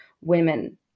women